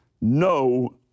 No